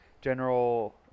general